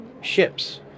ships